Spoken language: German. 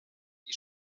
die